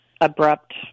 abrupt